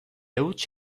huts